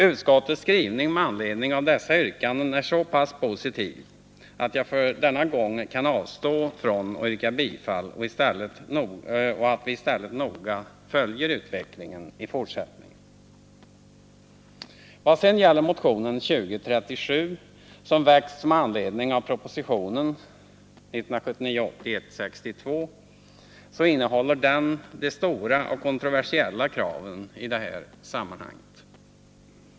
Utskottets skrivning med anledning av dessa yrkanden är så pass positiv, att jag för denna gång kan avstå från att yrka bifall till motionerna. Vi kommer i stället att noga följa utvecklingen i fortsättningen. Vad sedan gäller motionen 2037, som väckts med anledning av propositionen 1979/80:162, så innehåller den de stora och kontroversiella kraven i detta sammanhang.